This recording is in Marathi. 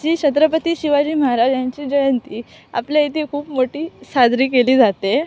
श्री छत्रपती शिवाजी महाराज यांची जयंती आपल्या इथे खूप मोठी साजरी केली जाते